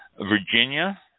Virginia